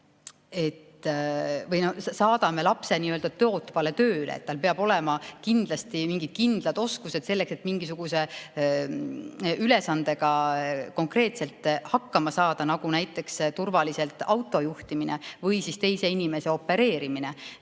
lõpus saadame lapse tootvale tööle, et tal peavad olema kindlasti mingid kindlad oskused selleks, et mingisuguse ülesandega konkreetselt hakkama saada, näiteks turvaliselt autojuhtimine või teise inimese opereerimine.